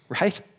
right